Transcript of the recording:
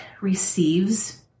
receives